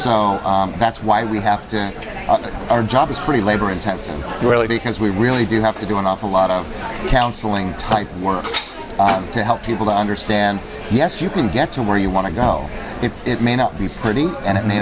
that's why we have to our job is pretty labor intensive really because we really do have to do an awful lot of counseling type work to help people to understand yes you can get to where you want to go and it may not be pretty and it may